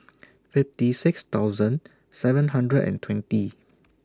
fifty six thousand seven hundred and twenty